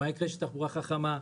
מה יקרה כשתהיה תחבורה חכמה.